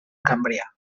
cambrià